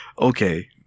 okay